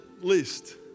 list